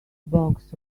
box